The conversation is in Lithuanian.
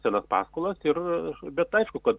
senas paskolas ir bet aišku kad